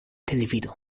televido